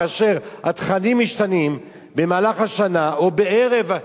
כאשר התכנים משתנים במהלך השנה או בערב,